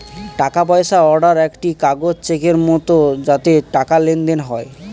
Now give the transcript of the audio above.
টাকা পয়সা অর্ডার একটি কাগজ চেকের মত যাতে টাকার লেনদেন হয়